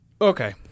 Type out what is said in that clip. Okay